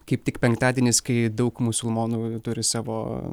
kaip tik penktadienis kai daug musulmonų turi savo